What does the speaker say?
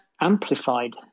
amplified